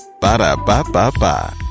Ba-da-ba-ba-ba